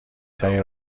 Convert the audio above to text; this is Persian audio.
تری